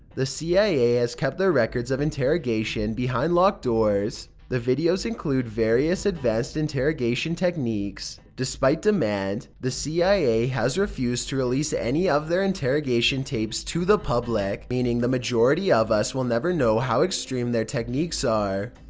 the cia has kept their records of interrogation behind locked doors. the videos include various advanced interrogation techniques. despite demand, the cia has refused to release any of their interrogation tapes to the public, meaning the majority of us will never know how extreme their techniques are.